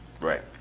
Right